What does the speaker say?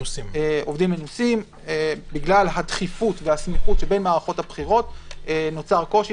בגלל הדחיפות והסמיכות שבין מערכות הבחירות נוצר קושי